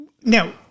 Now